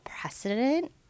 precedent